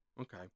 Okay